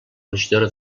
regidora